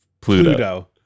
Pluto